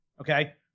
Okay